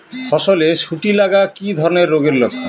ফসলে শুটি লাগা কি ধরনের রোগের লক্ষণ?